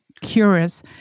curious